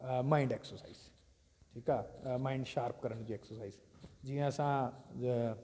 mind exercise ठीकु आहे mind sharp करण जी एक्सरसाइज़ जीअं असां ज